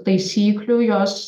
taisyklių jos